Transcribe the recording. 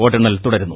വോട്ടെണ്ണൽ തുടരുന്നു